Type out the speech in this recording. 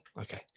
Okay